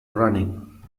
running